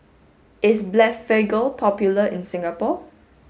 is Blephagel popular in Singapore